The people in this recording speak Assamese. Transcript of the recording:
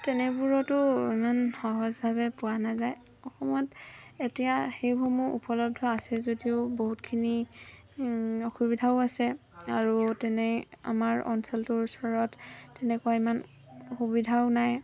তেনেবোৰতো ইমান সহজভাৱে পোৱা নাযায় অসমত এতিয়া সেইসমূহ উপলব্ধ আছে যদিও বহুতখিনি অসুবিধাও আছে আৰু তেনে আমাৰ অঞ্চলটোৰ ওচৰত তেনেকুৱা ইমান সুবিধাও নাই